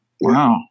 Wow